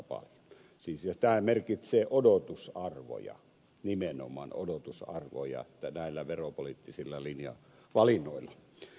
siis tämähän merkitsee odotusarvoja nimenomaan odotusarvoja näillä veropoliittisilla linjavalinnoilla